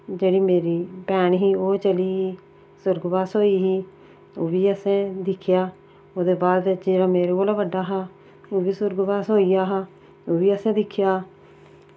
जेह्ड़ी मेरी भैन ही ओह् चली सुरगबास होई ही ओह्बी असें दिक्खेआ ओह्दे बाद जेह्ड़ा मेरे कोला बड्डा हा ओह्बी सुरगबास होइया हा ओह्बी असें दिक्खेआ